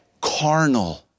carnal